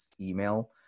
email